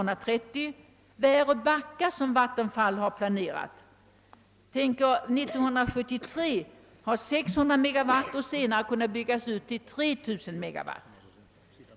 Kärnkraftverket i Väröbacka, som vattenfallsverket planerar, beräknas 1973 ha en effekt på 600 MW och senare kunna byggas ut till 3 000 MW.